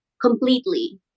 completely